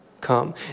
come